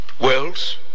Wells